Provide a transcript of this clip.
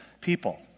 people